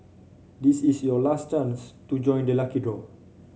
this is your last chance to join the lucky draw